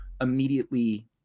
immediately